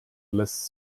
lässt